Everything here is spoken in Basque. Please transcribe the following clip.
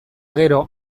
gero